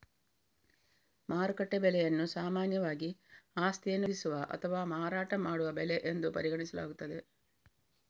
ಮಾರುಕಟ್ಟೆ ಬೆಲೆಯನ್ನು ಸಾಮಾನ್ಯವಾಗಿ ಆಸ್ತಿಯನ್ನು ಖರೀದಿಸುವ ಅಥವಾ ಮಾರಾಟ ಮಾಡುವ ಬೆಲೆ ಎಂದು ಪರಿಗಣಿಸಲಾಗುತ್ತದೆ